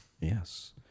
Yes